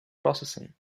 processing